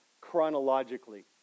chronologically